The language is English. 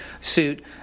suit